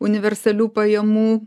universalių pajamų